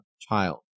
child